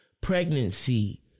pregnancy